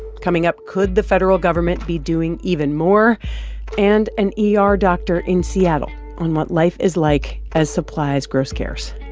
coming up could the federal government be doing even more and an yeah ah er doctor in seattle on what life is like as supplies grows scarce.